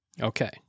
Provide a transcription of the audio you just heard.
okay